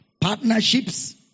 Partnerships